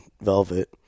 velvet